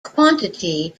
quantity